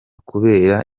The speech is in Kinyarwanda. kubera